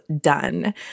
done